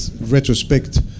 retrospect